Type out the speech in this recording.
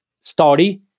story